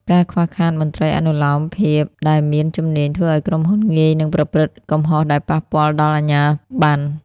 ការខ្វះខាតមន្ត្រីអនុលោមភាពដែលមាន ជំនាញ ធ្វើឱ្យក្រុមហ៊ុនងាយនឹងប្រព្រឹត្តកំហុសដែលប៉ះពាល់ដល់អាជ្ញាបណ្ណ។